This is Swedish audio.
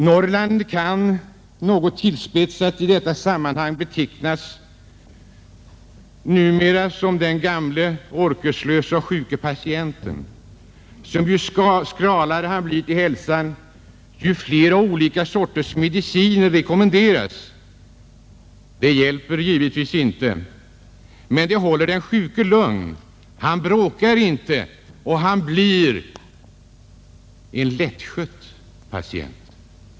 Norrland kan något tillspetsat i detta sammanhang numera betecknas som den gamle orkeslöse och sjuke patienten, som ju skralare han blir till hälsan, desto fler mediciner rekommenderas. Det hjälper givetvis inte, men det håller den sjuke lugn — han bråkar inte, han blir en lättskött patient.